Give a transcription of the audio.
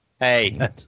hey